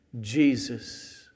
Jesus